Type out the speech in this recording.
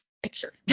picture